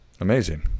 Amazing